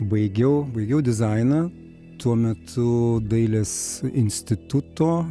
baigiau baigiau dizainą tuo metu dailės instituto